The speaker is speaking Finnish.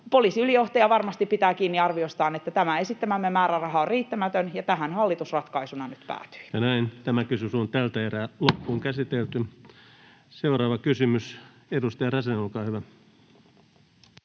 poliisiylijohtaja varmasti pitää kiinni arviostaan, että tämä esittämämme määräraha on riittämätön, ja tähän hallitus ratkaisuna nyt päätyi. Seuraava kysymys, edustaja Räsänen, olkaa hyvä.